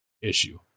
issue